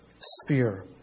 sphere